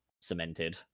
cemented